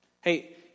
Hey